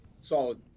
solid